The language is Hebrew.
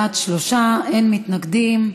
בעד, 3, אין מתנגדים.